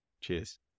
Cheers